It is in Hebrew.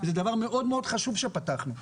זה דבר מאוד חשוב שפתחנו.